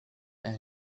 and